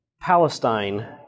Palestine